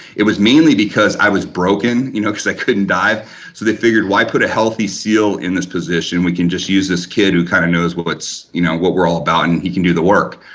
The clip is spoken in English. it was mainly because i was broken, you know because i couldn't dive, so they figured why put a healthy seal in this position, we can just use this kid who kind of knows what's you know, what we're all about, and he can do the work.